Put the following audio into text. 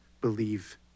believe